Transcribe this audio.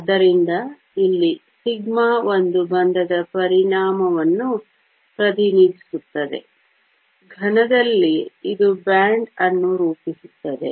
ಆದ್ದರಿಂದ ಇಲ್ಲಿ σ ಒಂದು ಬಂಧದ ಪರಿಣಾಮವನ್ನು ಪ್ರತಿನಿಧಿಸುತ್ತದೆ ಘನದಲ್ಲಿ ಇದು ಬ್ಯಾಂಡ್ ಅನ್ನು ರೂಪಿಸುತ್ತದೆ